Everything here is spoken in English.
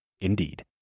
Indeed